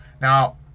Now